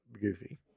Goofy